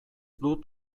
dut